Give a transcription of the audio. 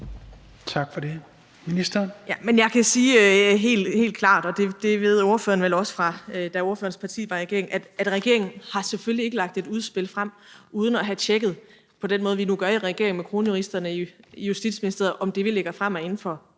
Tak for det. Ministeren.